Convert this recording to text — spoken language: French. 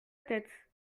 tête